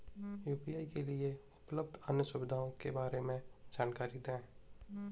UPI के लिए उपलब्ध अन्य सुविधाओं के बारे में जानकारी दें?